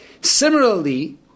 Similarly